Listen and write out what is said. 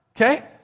Okay